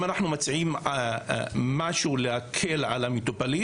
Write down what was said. אנחנו מציעים משהו להקל על המטופלים,